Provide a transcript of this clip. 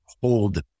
hold